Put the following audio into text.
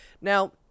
Now